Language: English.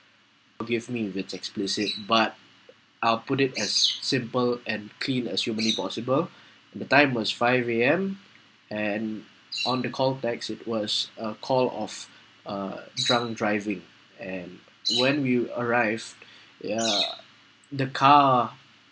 forgive me if it's explicit but I'll put it as simple and clean as humanly possible the time was five A_M and on the call backs it was a call of a drunk driving and when we arrived ya the car